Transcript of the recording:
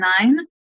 nine